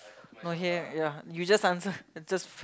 no here ya ya you just answer then just